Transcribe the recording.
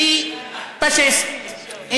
פלסטין בפ' רפה ובפ' דגושה.